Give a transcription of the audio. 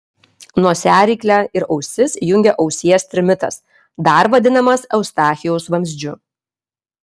nosiaryklę ir ausis jungia ausies trimitas dar vadinamas eustachijaus vamzdžiu